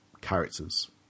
characters